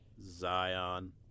Zion